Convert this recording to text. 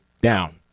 down